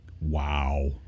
Wow